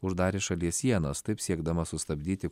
uždarė šalies sienas taip siekdama sustabdyti